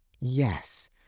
yes